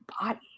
body